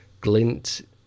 glint